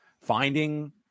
finding